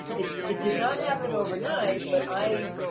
it it did not happen overnight, but i,